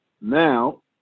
Now